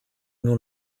nur